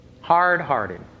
Hard-hearted